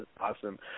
awesome